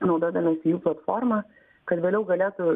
naudodamiesi jų platforma kad vėliau galėtų